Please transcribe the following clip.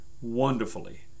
wonderfully